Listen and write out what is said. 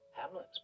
Hamlet's